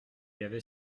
avait